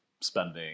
spending